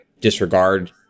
disregard